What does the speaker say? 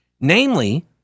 namely